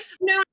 No